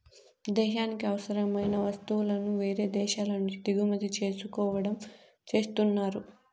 దేశానికి అవసరమైన వస్తువులను వేరే దేశాల నుంచి దిగుమతి చేసుకోవడం చేస్తున్నారు